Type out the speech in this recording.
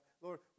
Lord